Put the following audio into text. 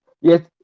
yes